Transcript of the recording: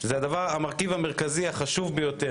הוא המרכיב החשוב ביותר.